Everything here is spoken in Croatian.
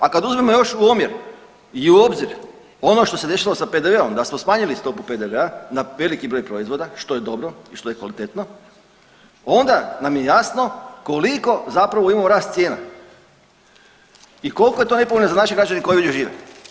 A kad uzmemo još u omjer i u obzir ono što se desilo sa PDV-om da smo smanjili stopu PDV-a na veliki broj proizvoda što je dobro i što je kvalitetno onda nam je jasno koliko zapravo imamo rast cijena i koliko je to nepovoljno za naše građane koji ovdje žive.